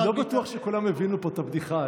לא בטוח שכולם הבינו פה את הבדיחה,